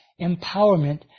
empowerment